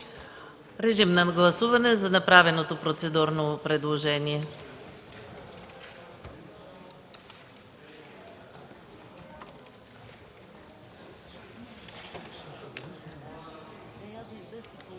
на гласуване направеното процедурно предложение